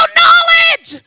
knowledge